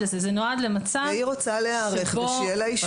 והיא רוצה להיערך ושיהיה לה אישור,